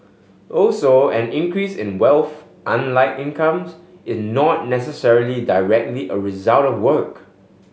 also an increase in wealth unlike incomes is not necessarily directly a result of work